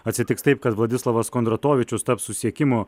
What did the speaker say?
atsitiks taip kad vladislovas kondratovičius taps susisiekimo